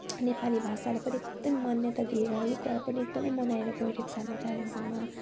नेपाली भाषालाई पनि एकदमै मान्यता दिएर है यो कुराहरू पनि एकदमै मनाएर गइरहेका छन् हाम्रो कालिम्पोङमा